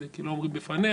כי לא אומרים בפניה.